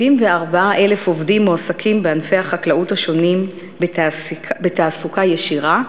74,000 עובדים מועסקים בענפי החקלאות השונים בתעסוקה ישירה,